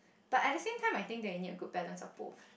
but at the same time I think that you need a good balance of both